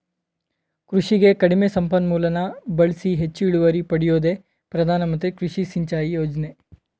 ಕೃಷಿಗೆ ಕಡಿಮೆ ಸಂಪನ್ಮೂಲನ ಬಳ್ಸಿ ಹೆಚ್ಚು ಇಳುವರಿ ಪಡ್ಯೋದೇ ಪ್ರಧಾನಮಂತ್ರಿ ಕೃಷಿ ಸಿಂಚಾಯಿ ಯೋಜ್ನೆ